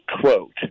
quote